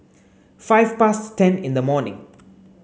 five past ten in the morning